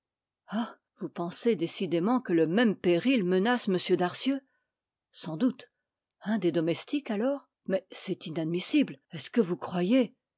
ah vous pensez décidément que le même péril menace m darcieux sans doute un des domestiques alors mais c'est inadmissible est-ce que vous croyez